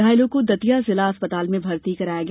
घायलों को दतिया जिला चिकित्सालय में भर्ती कराया गया